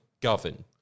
govern